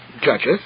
judges